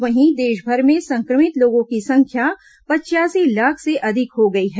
वहीं देशभर में संक्रमित लोगों की संख्या पचयासी लाख से अधिक हो गई है